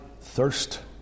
thirst